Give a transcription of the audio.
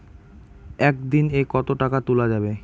একদিন এ কতো টাকা তুলা যাবে?